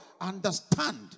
understand